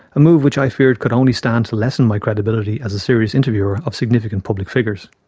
a move which i feared could only stand to lessen my credibility as a serious interviewer of significant public figures.